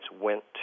went